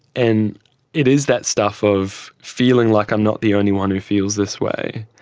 and it is that stuff of feeling like i'm not the only one who feels this way.